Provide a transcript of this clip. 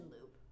loop